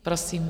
Prosím.